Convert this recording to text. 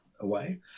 away